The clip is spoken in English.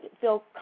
feel